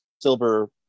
silver